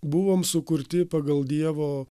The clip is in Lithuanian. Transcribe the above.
buvom sukurti pagal dievo